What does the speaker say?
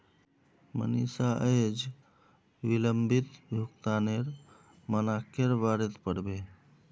मनीषा अयेज विलंबित भुगतानेर मनाक्केर बारेत पढ़बे